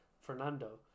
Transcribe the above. Fernando